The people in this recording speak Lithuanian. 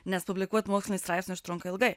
nes publikuot mokslinį straipsnį užtrunka ilgai